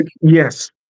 Yes